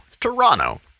Toronto